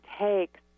takes